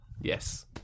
yes